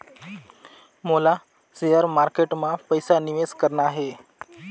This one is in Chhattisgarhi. मोला शेयर मार्केट मां पइसा निवेश करना हे?